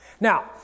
Now